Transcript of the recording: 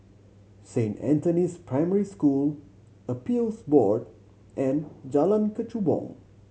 Saint Anthony's Primary School Appeals Board and Jalan Kechubong